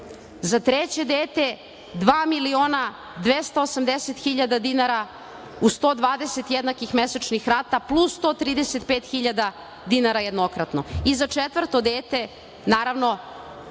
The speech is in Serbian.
Za treće dete 2.280.000,00 dinara u 120 jednakih mesečnih rata, plus 135 hiljada dinara jednokratno. Za četvrto dete naravno,